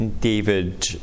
David